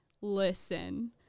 listen